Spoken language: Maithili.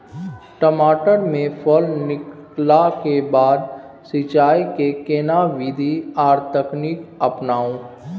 टमाटर में फल निकलला के बाद सिंचाई के केना विधी आर तकनीक अपनाऊ?